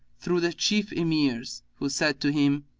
through the chief emirs who said to him,